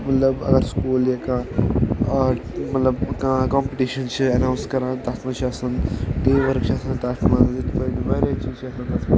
مطلب اگر سکوٗل یا کانٛہہ آرٹ مطلب کانٛہہ کَمپِٹِشَن چھِ ایٚناوُس کَران تَتھ منٛز چھِ آسان ٹیٖم ؤرٕک چھِ آسان تَتھ منٛز یِتھ پٲٹھۍ واریاہ چیٖز چھِ آسان تَتھ منٛز